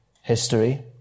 history